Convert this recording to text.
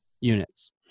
units